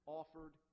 offered